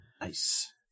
Nice